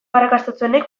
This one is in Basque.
arrakastatsuenek